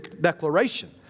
declaration